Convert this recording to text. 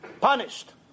punished